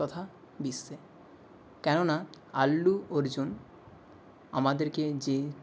তথা বিশ্বে কেননা আল্লু অর্জুন আমাদেরকে যে